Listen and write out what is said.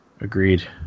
Agreed